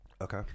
Okay